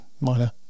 minor